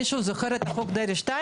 מישהו זוכר את חוק דרעי 2?